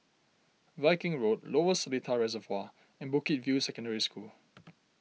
Viking Road Lower Seletar Reservoir and Bukit View Secondary School